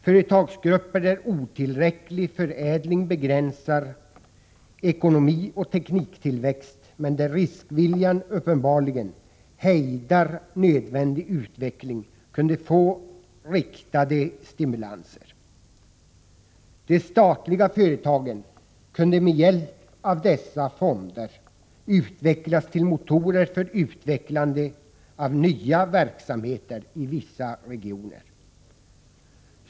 Företagsgrupper där otillräcklig förädling begränsar ekonomioch tekniktillväxt men där riskviljan uppenbarligen hejdar nödvändig utveckling kunde få riktade stimulanser. De statliga företagen kunde med hjälp av dessa fonder utvecklas till motorer för utvecklande av nya verksamheter i vissa regioner.